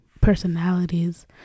personalities